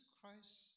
Christ